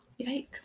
Yikes